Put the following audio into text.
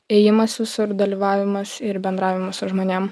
ėjimas visur dalyvavimas ir bendravimas su žmonėm